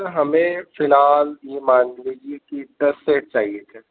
سر ہمیں فی الحال یہ مان لیجیے کہ دس سیٹ چاہیے تھے